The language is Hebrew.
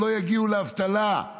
שלא יגיעו לאבטלה,